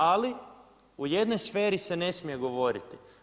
Ali, u jednoj sferi se ne smije govoriti.